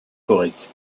correct